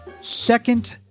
second